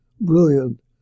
brilliant